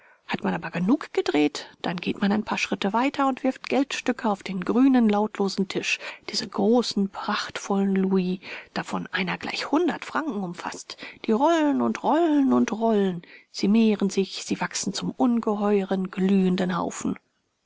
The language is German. hat man aber genug gedreht dann geht man ein paar schritte weiter und wirft geldstücke auf den grünen lautlosen tisch diese großen prachtvollen louis wovon einer gleich hundert franken umfaßt die rollen und rollen und rollen sie mehren sich sie wachsen zum ungeheuren glühenden haufen